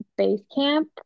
Basecamp